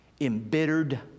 embittered